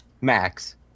max